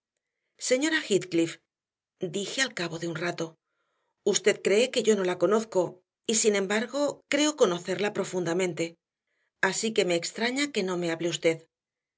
no señora heathcliff dije al cabo de un rato usted cree que yo no la conozco y sin embargo creo conocerla profundamente así que me extraña que no me hable usted